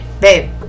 babe